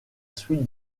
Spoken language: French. suite